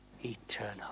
eternal